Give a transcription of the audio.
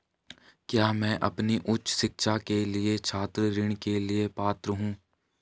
क्या मैं अपनी उच्च शिक्षा के लिए छात्र ऋण के लिए पात्र हूँ?